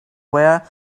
were